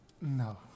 No